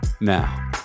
Now